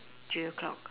three o'clock